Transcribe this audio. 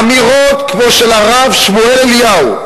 אמירות כמו של הרב שמואל אליהו,